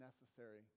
necessary